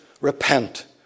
repent